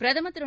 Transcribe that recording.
பிரதமர் திரு